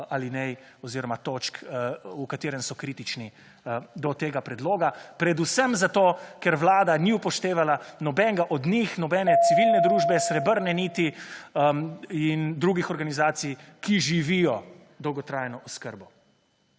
alinej oziroma točk, v katerem so kritični do tega predloga predvsem, zato ker Vlada ni upoštevala nobenega od njih, nobene civilne družbe, Srebre niti in drugih organizacij, ki živijo dolgotrajno oskrbo.